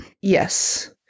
Yes